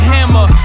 Hammer